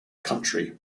country